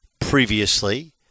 previously